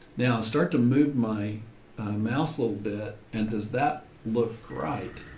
now start to move my mouse little bit. and does that look right?